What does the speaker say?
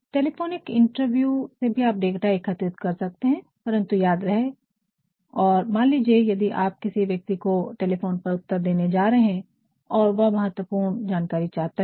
telephonic interview से भी आप डाटा एकत्रित कर सकते हैं परंतु याद रहे और मान लीजिए यदि आप किसी व्यक्ति को टेलीफोन पर उत्तर देने जा रहे हैं और वह महत्वपूर्ण जानकारी चाहता है